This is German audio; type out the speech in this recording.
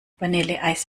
vanilleeis